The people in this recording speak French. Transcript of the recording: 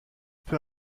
peu